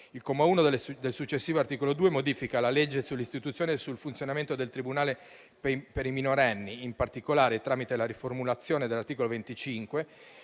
Il comma 1 del successivo articolo 2 modifica la legge sull'istituzione e sul funzionamento del tribunale per i minorenni. In particolare, tramite la riformulazione dell'articolo 25